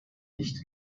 nicht